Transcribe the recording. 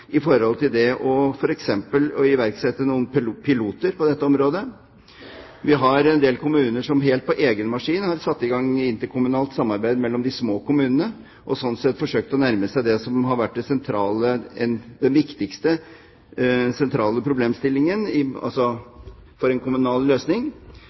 i tilknytning til f.eks. å iverksette noen piloter på dette området. Noen kommuner har helt for egen maskin satt i gang interkommunalt samarbeid mellom de små kommunene, og har sånn sett forsøkt å nærme seg det som har vært den viktigste og sentrale problemstillingen for en kommunal løsning.